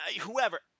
whoever